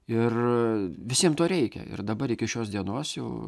ir visiem to reikia ir dabar iki šios dienos jau